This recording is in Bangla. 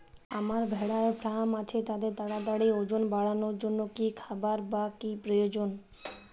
আমার ভেড়ার ফার্ম আছে তাদের তাড়াতাড়ি ওজন বাড়ানোর জন্য কী খাবার বা কী প্রয়োজন?